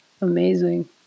Amazing